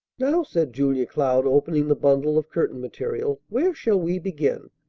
now, said julia cloud, opening the bundle of curtain material, where shall we begin?